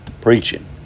preaching